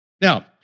Now